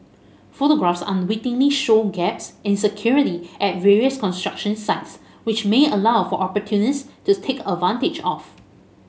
photographs unwittingly show gaps in security at various construction sites which may allow for opportunists to take advantage of